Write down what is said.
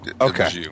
Okay